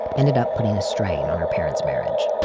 ended up putting a strain on her parent's marriage.